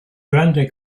grande